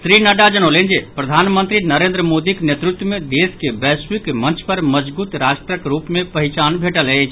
श्री नड्डा जनौलनि जे प्रधानमंत्री नरेन्द्र मोदीक नेतृत्व मे देश के वैश्विक मंच पर मजगूत राष्ट्रक रूप मे पहिचान भेटल अछि